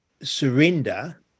surrender